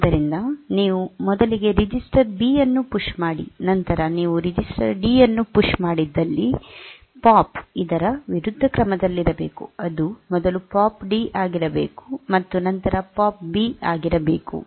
ಆದ್ದರಿಂದ ನೀವು ಮೊದಲಿಗೆ ರಿಜಿಸ್ಟರ್ ಬಿ ಅನ್ನುಪುಶ್ ಮಾಡಿ ನಂತರ ನೀವು ರಿಜಿಸ್ಟರ್ ಡಿ ಅನ್ನು ಪುಶ್ ಮಾಡಿದ್ದಲ್ಲಿ ಪಾಪ್ ಇದರ ವಿರುದ್ಧ ಕ್ರಮದಲ್ಲಿರಬೇಕು ಅದು ಮೊದಲು ಪಾಪ್ ಡಿ ಆಗಿರಬೇಕು ಮತ್ತು ನಂತರ ಪಾಪ್ ಬಿ ಆಗಿರಬೇಕು